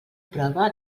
prova